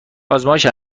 آزمایش